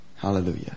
Hallelujah